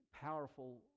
powerful